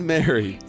Mary